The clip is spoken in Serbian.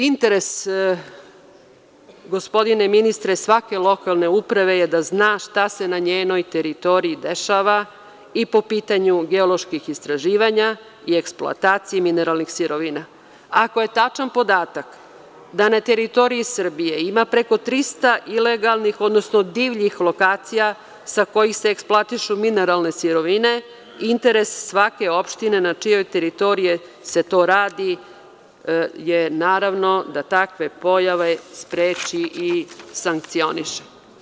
Interes, gospodine ministre, svake lokalne uprave je da zna šta se na njenoj teritoriji dešava i po pitanju geoloških istraživanja i eksploatacije mineralnih sirovina, ako je tačan podatak da na teritoriji Srbije ima preko 300 ilegalnih odnosno divljih lokacija sa kojih se eksploatišu mineralne sirovine, interes svake opštine na čijoj teritoriji se to radi je, naravno, da takve pojave spreči i sankcioniše.